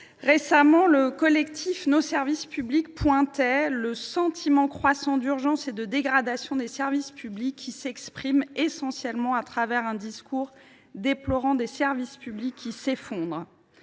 récemment, le collectif Nos services publics dénonçait « le sentiment croissant d’urgence et de dégradation des services publics », qui « s’exprime essentiellement à travers un discours déplorant des services publics qui s’effondrent